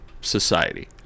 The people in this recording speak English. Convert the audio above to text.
society